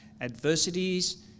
adversities